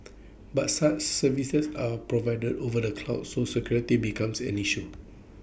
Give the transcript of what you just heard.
but such services are provided over the cloud so security becomes an issue